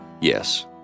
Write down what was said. Yes